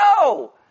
No